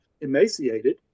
emaciated